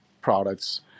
products